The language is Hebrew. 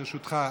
ברשותך,